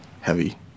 Heavy